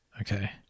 okay